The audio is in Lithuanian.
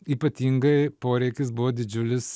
ypatingai poreikis buvo didžiulis